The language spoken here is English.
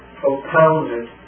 propounded